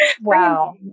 wow